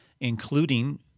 including